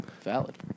Valid